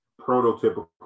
prototypical